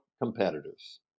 competitors